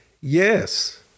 yes